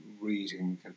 reading